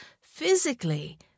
physically